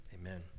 amen